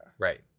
Right